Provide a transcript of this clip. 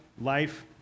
life